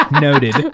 Noted